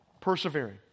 persevering